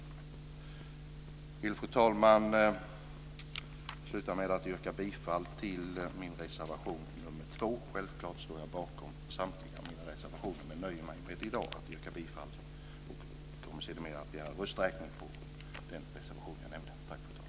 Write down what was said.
Jag vill, fru talman, avsluta med att yrka bifall till min reservation nr 2. Självklart står jag bakom samtliga mina reservationer men nöjer mig med att yrka bifall till och kommer sedermera att begära rösträkning på den nämnda reservationen.